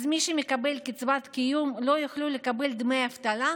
אז מי שמקבל קצבת קיום לא יוכל לקבל דמי אבטלה?